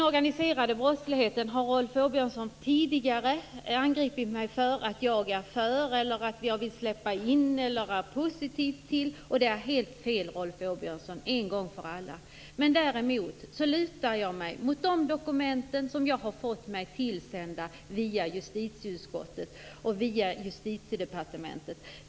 Tidigare har Rolf Åbjörnsson angripit mig för att vara för den organiserade brottsligheten eller för att vara för att släppa in eller vara positiv till denna. Det är helt fel, Rolf Åbjörnsson! Det vill jag en gång för alla slå fast. Däremot lutar jag mig mot de dokument som jag har fått mig tillsända via justitieutskottet och Justitiedepartementet.